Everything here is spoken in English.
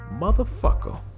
Motherfucker